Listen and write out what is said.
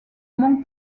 mont